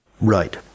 Right